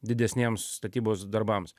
didesniems statybos darbams